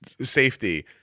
safety